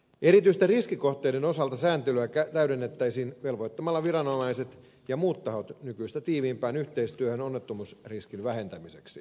erityisten riskikohteiden osalta sääntelyä täydennettäisiin velvoittamalla viranomaiset ja muut tahot nykyistä tiiviimpään yhteistyöhön onnettomuusriskin vähentämiseksi